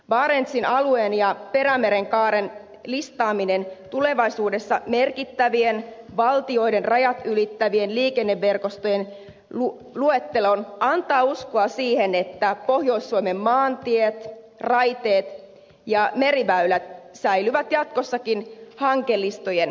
barentsin alueen ja perämeren kaaren listaaminen tulevaisuudessa merkittävien valtioiden rajat ylittävien liikenneverkostojen luette loon antaa uskoa siihen että pohjois suomen maantiet raiteet ja meriväylät säilyvät jatkossakin hankelistojen kärkipäässä